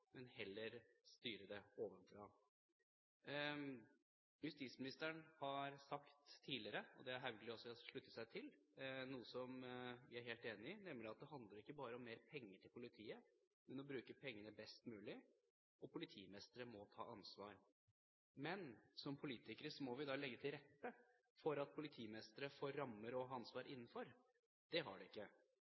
men heller styre det ovenfra. Justisministeren har sagt tidligere – og det har Haugli også sluttet seg til – noe som jeg er helt enig i, nemlig at det handler ikke bare om mer penger til politiet, men om å bruke pengene best mulig, og politimestrene må ta ansvar. Men som politikere må vi legge til rette for at politimestrene får rammer å ha ansvar innenfor. Det har de ikke.